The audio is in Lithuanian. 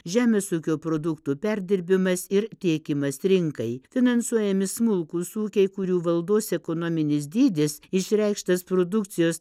žemės ūkio produktų perdirbimas ir tiekimas rinkai finansuojami smulkūs ūkiai kurių valdos ekonominis dydis išreikštas produkcijos